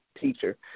teacher